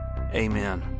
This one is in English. Amen